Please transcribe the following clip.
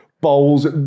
bowls